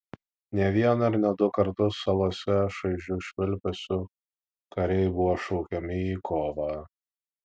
ne vieną ir ne du kartus salose šaižiu švilpesiu kariai buvo šaukiami į kovą